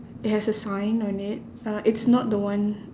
it has a sign on it uh it's not the one